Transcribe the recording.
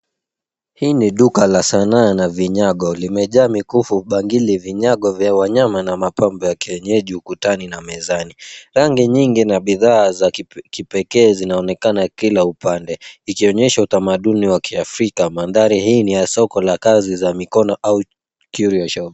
Hii ni duka la sanaa na vinyago. Limejaa mikufu, bangili, vinyago vya wanyama na mapambo ya kienyeji ukutani na mezani. Rangi nyingi na bidhaa za kipekee zinaonekana kila upande ikionyesha utamaduni wa Kiafrika. Mandhari hii ni ya soko la kazi za mikono au curio shop .